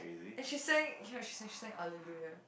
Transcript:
and she sang ya she sang sang Hallelujah